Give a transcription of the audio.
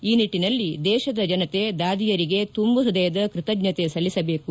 ಈ ನಿಟ್ಲನಲ್ಲಿ ದೇಶದ ಜನತೆ ದಾದಿಯರಿಗೆ ತುಂಬು ಪ್ಟದಯದ ಕೃತಜ್ಞತೆ ಸಲ್ಲಿಸಬೇಕು